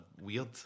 weird